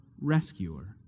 rescuer